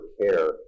care